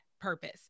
purpose